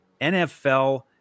NFL